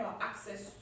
access